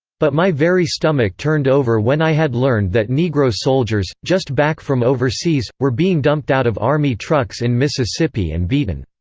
but my very stomach turned over when i had learned that negro soldiers, just back from overseas, were being dumped out of army trucks in mississippi and beaten.